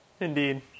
Indeed